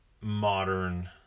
modern